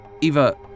Eva